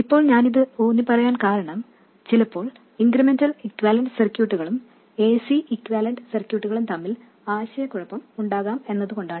ഇപ്പോൾ ഞാൻ ഇത് ഊന്നിപ്പറയാൻ കാരണം ചിലപ്പോൾ ഇൻക്രിമെന്റൽ ഇക്യൂവാലെൻറ് സർക്യൂട്ടുകളും ac ഇക്യൂവാലെൻറ് സർക്യൂട്ടുകളും തമ്മിൽ ആശയക്കുഴപ്പം ഉണ്ടാകാം എന്നതുകൊണ്ടാണ്